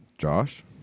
Josh